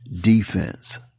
defense